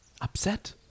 Upset